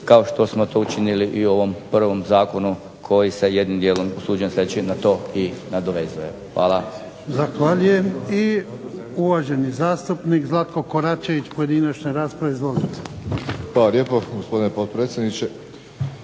kao što smo to učinili i u ovom prvom zakonu koji sa jednim dijelom, usuđujem se reći, i na to i nadovezuje. Hvala.